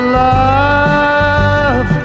love